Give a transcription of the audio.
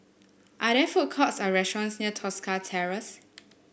are there food courts or restaurants near Tosca Terrace